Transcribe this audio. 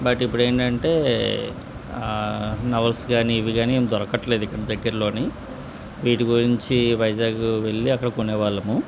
but ఇప్పుడు ఏంటంటే novels కానీ ఇవి కానీ ఏమి దొరకట్లేదు ఇక్కడ దగ్గరలో వీటి గురించి వైజాగ్ వెళ్ళి అక్కడ కొనే వాళ్ళము